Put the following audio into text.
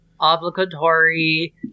obligatory